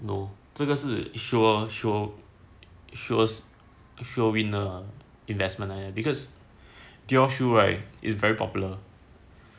no 这个是 sure sure sure win investment because dior shoe right is very popular